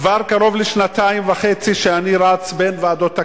כבר קרוב לשנתיים וחצי שאני רץ בין ועדות הכנסת,